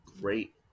great